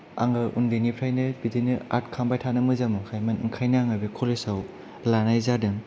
आङो उन्दैनिफ्रायनो बिदिनो आर्त खामबाय थानो मोजां मोनखायोमोन ओंखायनो आं बे कलेजाव लानाय जादों